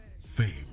fame